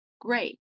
Great